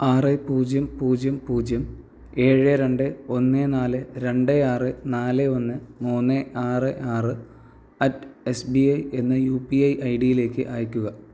ആറ് പൂജ്യം പൂജ്യം പൂജ്യം ഏഴ് രണ്ട് ഒന്ന് നാല് രണ്ട് ആറ് നാല് ഒന്ന് മൂന്ന് ആറ് ആറ് അറ്റ് എസ് ബി ഐ എന്ന യു പി ഐ ഐ ഡിയിലേക്ക് അയയ്ക്കുക